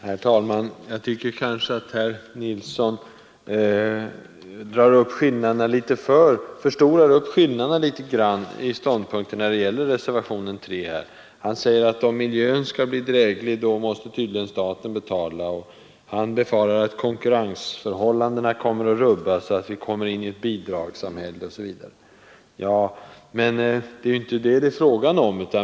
Herr talman! Jag tycker att herr Nilsson i Växjö förstorar upp skillnaderna i ståndpunkter när det gäller reservationen 3. Herr Nilsson säger att om miljön skall bli dräglig måste tydligen staten betala. Han befarar att konkurrensförhållandena kommer att rubbas, att vi kommer in i ett bidragssamhälle osv. Men det är ju inte detta som det är fråga om.